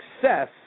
success